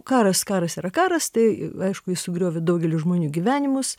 karas karas yra karas tai aišku jis sugriovė daugelio žmonių gyvenimus